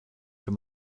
für